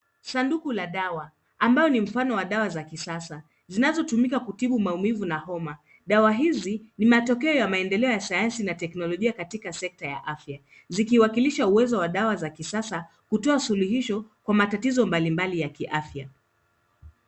Sanduku la dawa ambayo ni mfano ya dawa za kisasa zinazotumika kutibu maumivu na homa. Dawa hizi ni matokea ya maendeleo ya sayansi na teknolojia katika sekta ya afya zikiwakilisha uwezo wa dawa za kisasa kutoa suluhisho kwa matatizo mbali mbali ya kiafya.